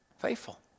faithful